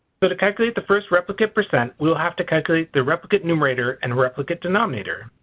but calculate the first replicate percent we will have to calculate the replicate numerator and replicate denominator.